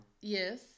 Yes